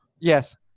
Yes